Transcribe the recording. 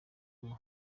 guma